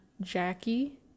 Jackie